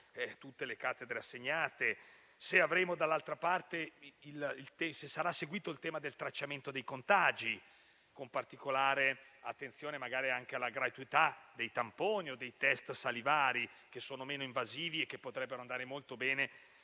tutte le cattedre assegnate. Dall'altra parte, vorremmo sapere se sarà seguito il tema del tracciamento dei contagi con particolare attenzione magari anche alla gratuità dei tamponi o dei *test* salivari, che sono meno invasivi e che potrebbero andare molto bene